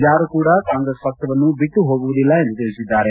ಯಾರು ಕೂಡ ಕಾಂಗ್ರೆಸ್ ಪಕ್ಷವನ್ನು ಬಿಟ್ಟು ಹೋಗುವುದಿಲ್ಲ ಎಂದು ತಿಳಿಸಿದ್ದಾರೆ